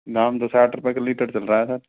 दाम तो साठ रुपये का लीटर चल रहा है सर